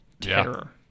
Terror